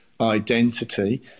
identity